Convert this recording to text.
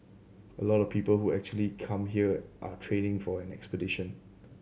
a lot of people who actually come here are training for an expedition